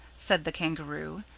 said the kangaroo,